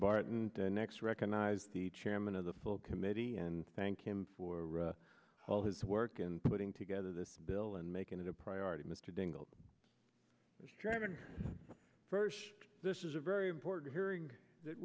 barton the next recognize the chairman of the full committee and thank him for all his work in putting together this bill and making it a priority mr dingell first this is a very important hearing that